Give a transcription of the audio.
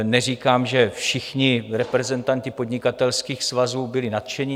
Neříkám, že všichni reprezentanti podnikatelských svazů byli nadšeni.